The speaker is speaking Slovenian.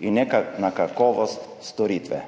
in ne na kakovost storitve.